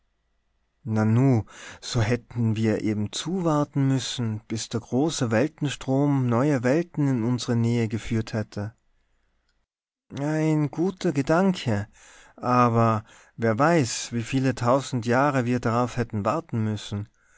nanu so hätten wir eben zuwarten müssen bis der große weltenstrom neue welten in unsre nähe geführt hätte ein guter gedanke aber wer weiß wie viele tausend jahre wir darauf hätten warten müssen